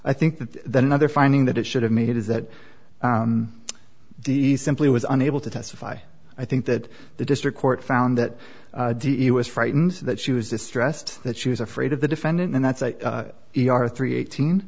i think that that another finding that it should have made is that the simply was unable to testify i think that the district court found that he was frightened that she was distressed that she was afraid of the defendant and that's an e r three eighteen